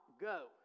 go